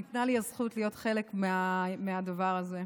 שניתנה לי הזכות להיות חלק מהדבר הזה,